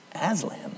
Aslan